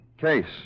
Case